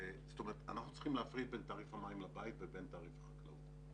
אנחנו צריכים להפריד בין תעריף המים לבית לבין תעריף החקלאות.